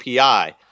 API